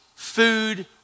food